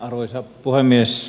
arvoisa puhemies